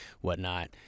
whatnot